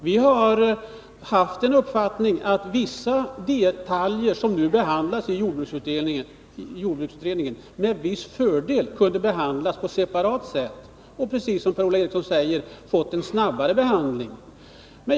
Vi har haft uppfattningen att vissa detaljer, som nu behandlas i jordbruksutredningen, med viss fördel kunde behandlas separat och då få en snabbare behandling, precis som Per-Ola Eriksson säger.